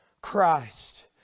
Christ